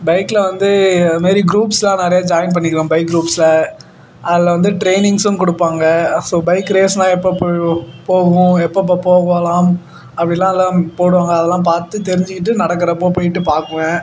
பைக்கில் வந்து அது மாரி குரூப்ஸுலாம் நிறையா ஜாயின் பண்ணிக்குவேன் பைக் குரூப்ஸில் அதில் வந்து ட்ரைனிங்ஸும் கொடுப்பாங்க ஸோ பைக் ரேஸுனா எப்போ போவோம் போவோம் எப்போப்போ போகலாம் அப்படிலாம் அதுலாம் போடுவாங்க அதெல்லாம் பார்த்து தெரிஞ்சுக்கிட்டு நடக்கிறப்போ போய்விட்டு பார்க்குவேன்